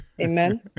amen